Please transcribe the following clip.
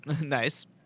Nice